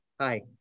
Hi